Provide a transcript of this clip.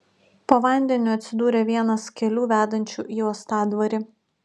po vandeniu atsidūrė vienas kelių vedančių į uostadvarį